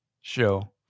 show